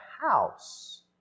house